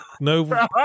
no